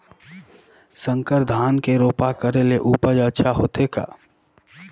संकर धान के रोपा करे ले उपज अच्छा होथे का?